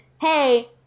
hey